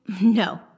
No